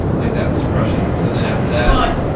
like that was crushing, so then after that. but,